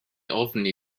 ofni